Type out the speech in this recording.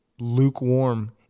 lukewarm